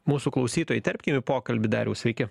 mūsų klausytoją įterpkim į pokalbį dariau sveiki